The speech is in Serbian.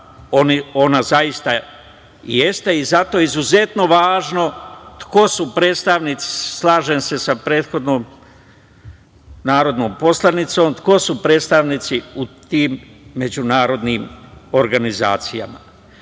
ona zaista jeste i zato je izuzetno važno ko su predstavnici, slažem se sa prethodnom narodnom poslanicom, ko su predstavnici u tim međunarodnim organizacijama. Iskustvo